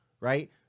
right